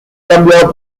cambiado